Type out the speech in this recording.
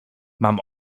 mam